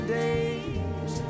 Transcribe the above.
days